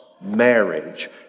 marriage